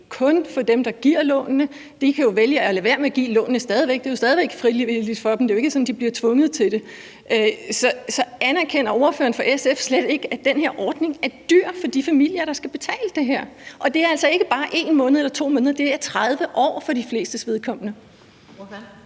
kun for dem, der giver lånene – de kan jo stadig væk vælge at lade være med give lånene; det er jo stadig væk frivilligt for dem, for det er jo ikke sådan, at de bliver tvunget til det. Så anerkender ordføreren for SF slet ikke, at den her ordning er dyr for de familier, der skal betale det her? Og det er altså ikke 1 eller 2 måneder – det er 30 år for de flestes vedkommende.